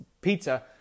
pizza